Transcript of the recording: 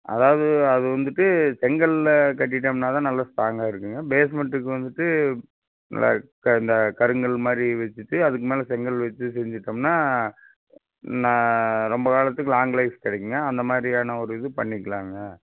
அதாவது அது வந்துட்டு செங்கல்லில் கட்டிவிட்டோம்னா தான் நல்லா ஸ்டாங்காக இருக்குங்க பேஸ்மண்ட்டுக்கு வந்துட்டு இந்த கருங்கல் மாதிரி வெச்சுட்டு அதுக்குமேலே செங்கல் வெச்சு செஞ்சுட்டோம்னா நான் ரொம்ப காலத்துக்கு லாங் லைஃப் கிடைக்குங்க அந்த மாதிரி வேண்ணா ஒரு இது பண்ணிக்கலாங்க